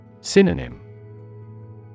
Synonym